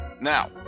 Now